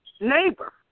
neighbor